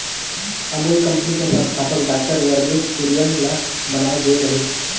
Amul company के संस्थापक doctor Verghese Kurien ल बनाए गे रिहिस